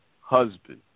husband